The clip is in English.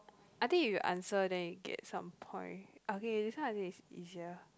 I think if you answer then you get some point okay this one I think is easier